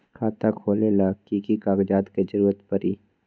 खाता खोले ला कि कि कागजात के जरूरत परी?